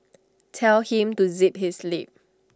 tell him to zip his lip